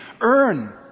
earn